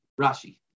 Rashi